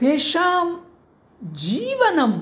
तेषां जीवनम्